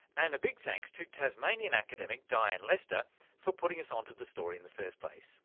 and a big thanks to tasmanian academic dianne lester for putting us onto the story in the first place